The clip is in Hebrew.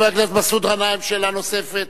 חבר הכנסת מסעוד גנאים, שאלה נוספת.